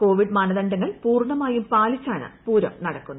Covid മൂന്യദണ്ഡങ്ങൾ പൂർണ്ണമായും പാലിച്ചാണ് പൂരം നടക്കുന്നത്